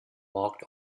walked